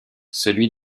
celui